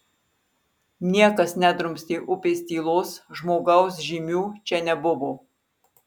niekas nedrumstė upės tylos žmogaus žymių čia nebuvo